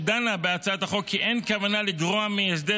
שדנה בהצעת החוק, כי אין כוונה לגרוע מהסדר